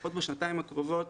לפחות בשנתיים הקרובות,